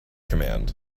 command